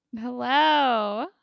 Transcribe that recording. Hello